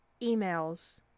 emails